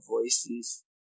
voices